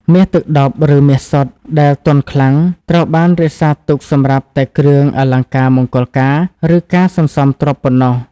មាសទឹកដប់ (ឬ មាសសុទ្ធ) ដែលទន់ខ្លាំង ត្រូវបានរក្សាទុកសម្រាប់តែគ្រឿងអលង្ការមង្គលការ ឬការសន្សំទ្រព្យប៉ុណ្ណោះ។